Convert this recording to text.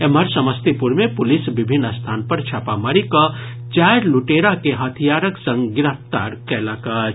एम्हर समस्तीपुर मे पुलिस विभिन्न स्थान पर छापामारी कड चारि लुटेरा के हथियारक संग गिरफ्तार कयलक अछि